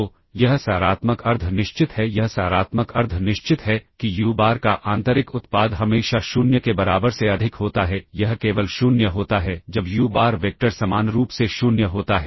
तो यह सकारात्मक अर्ध निश्चित है यह सकारात्मक अर्ध निश्चित है कि यू बार का आंतरिक उत्पाद हमेशा 0 के बराबर से अधिक होता है यह केवल 0 होता है जब यू बार वेक्टर समान रूप से 0 होता है